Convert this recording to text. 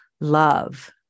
love